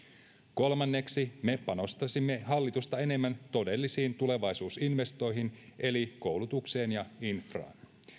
kolmanneksi me panostaisimme hallitusta enemmän todellisiin tulevaisuusinvestointeihin eli koulutukseen ja infraan